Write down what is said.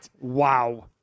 Wow